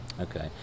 Okay